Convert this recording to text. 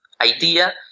idea